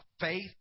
faith